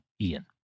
Ian